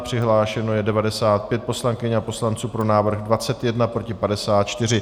Přihlášeno je 95 poslankyň a poslanců, pro návrh 21, proti 54.